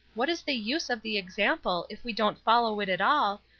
what is the use of the example if we don't follow it at all,